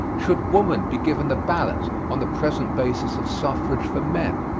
should woman be given the ballot on the present basis of suffrage for men?